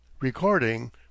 Recording